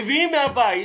מביאים מהבית.